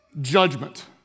judgment